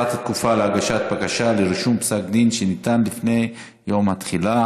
(הארכת התקופה להגשת בקשה לרישום פסק דין שניתן לפני יום התחילה),